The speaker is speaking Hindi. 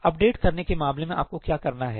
अपडेट करने के मामले में आपको क्या करना है